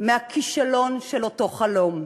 מהכישלון של אותו חלום.